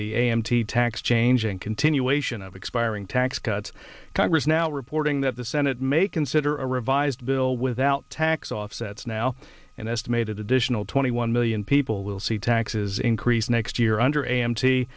the a m t tax changing continuation of expiring tax cuts congress now reporting that the senate may consider a revised bill without tax offsets now an estimated additional twenty one million people will see taxes increase next year under a